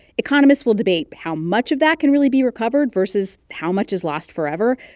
economists will debate how much of that can really be recovered versus how much is lost forever,